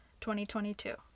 2022